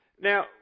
Now